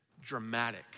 dramatic